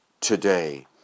today